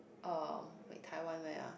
um wait Taiwan where ah